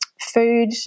food